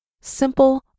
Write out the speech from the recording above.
simple